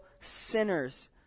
sinners